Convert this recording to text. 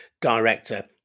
director